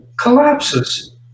collapses